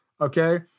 okay